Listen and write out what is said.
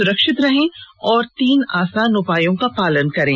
सुरक्षित रहें और तीन आसान उपायों का पालन करें